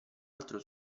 altro